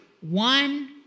one